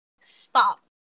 stop